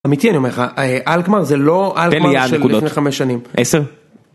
אמיתי אני אומר לך, אלגמר זה לא אלגמר של לפני חמש שנים. תן לי יעד נקודות. עשר?